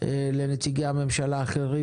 לנציגי הממשלה האחרים,